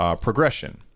progression